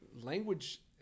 language